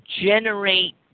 Generate